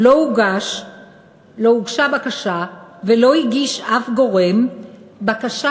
לא הוגשה בקשה ולא הגיש שום גורם בקשה